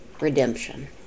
redemption